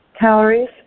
calories